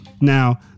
Now